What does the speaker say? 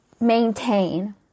maintain